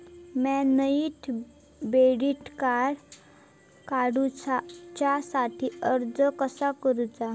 म्या नईन debit card काडुच्या साठी अर्ज कसा करूचा?